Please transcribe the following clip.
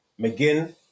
McGinn